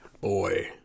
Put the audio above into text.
Boy